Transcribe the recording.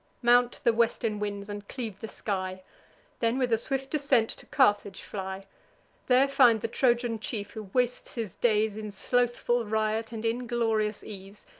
mount the western winds, and cleave the sky then, with a swift descent, to carthage fly there find the trojan chief, who wastes his days in slothful riot and inglorious ease,